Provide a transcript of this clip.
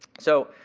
so,